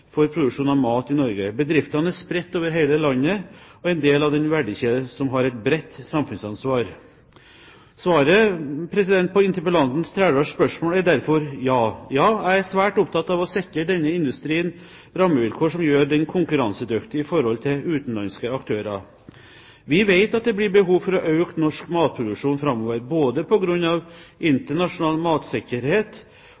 for produksjon av mat i Norge. Bedriftene er spredt over hele landet og er en del av en verdikjede som har et bredt samfunnsansvar. Svaret på interpellanten Trældals spørsmål er derfor ja. Jeg er svært opptatt av å sikre denne industrien rammevilkår som gjør den konkurransedyktig i forhold til utenlandske aktører. Vi vet at det blir behov for å øke norsk matproduksjon framover, både